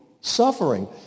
suffering